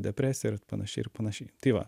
depresija ir panašiai ir panašiai tai va